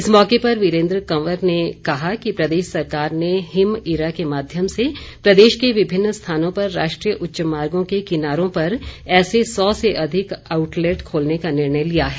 इस मौके पर वीरेंद्र कंवर ने कहा कि प्रदेश सरकार ने हिमईरा के माध्यम से प्रदेश के विभिन्न स्थानों पर राष्ट्रीय उच्च मार्गों के किनारों ऐसे सौ से अधिक आउटलेट खोलने का निर्णय लिया है